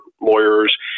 lawyers